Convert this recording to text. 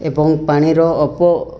ଏବଂ ପାଣିର ଅପ